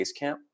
Basecamp